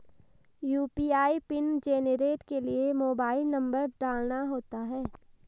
UPI pin generate के लिए mobile number डालना होता है